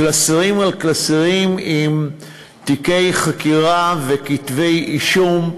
קלסרים על קלסרים עם תיקי חקירה וכתבי-אישום.